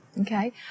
Okay